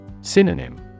Synonym